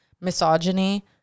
misogyny